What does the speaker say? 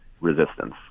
resistance